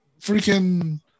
freaking